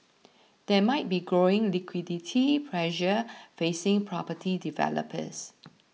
there might be growing liquidity pressure facing property developers